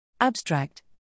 Abstract